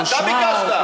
אתה ביקשת.